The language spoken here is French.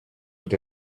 tout